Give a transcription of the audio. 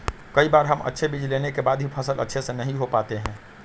कई बार हम अच्छे बीज लेने के बाद भी फसल अच्छे से नहीं हो पाते हैं?